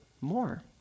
more